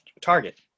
target